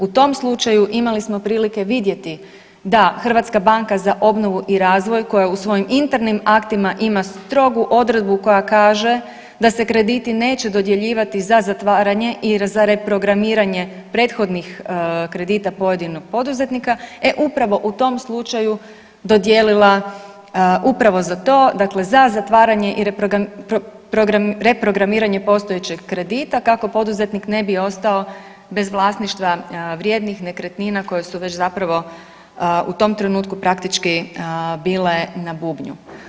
U tom slučaju imali smo prilike vidjeti da HBOR koja u svojim internim aktima ima strogu odredbu koja kaže da se krediti neće dodjeljivati za zatvaranje i za reprogramiranje prethodnih kredita pojedinog poduzetnika, e upravo u tom slučaju dodijelila upravo za to, dakle za zatvaranje i reprogramiranje postojećeg kredita kako poduzetnik ne bi ostao bez vlasništva vrijednih nekretnina koje su već zapravo u tom trenutku praktički bile na bubnju.